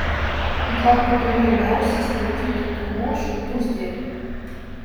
gal pagaliau liausis laikyti tamošių pusdieviu